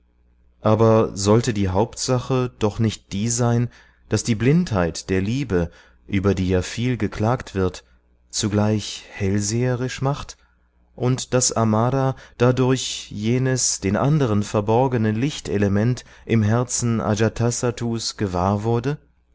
aber sollte die hauptsache doch nicht die sein daß die blindheit der liebe über die ja viel geklagt wird zugleich hellseherisch macht und daß amara dadurch jenes den anderen verborgene lichtelement im herzen ajatasattus gewahr wurde